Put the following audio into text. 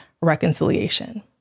reconciliation